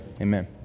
amen